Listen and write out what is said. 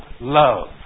love